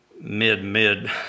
mid-mid